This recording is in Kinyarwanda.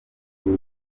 bull